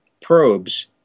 probes